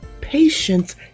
patience